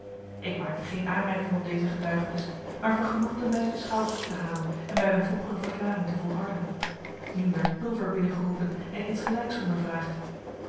ik maakte geen aanmerking op deze getuigenis maar vergenoegde mij de schouders op te halen en bij mijn vroegere verklaring te volharden nu werd pulver binnengeroepen en insgelijks ondervraagd